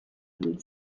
will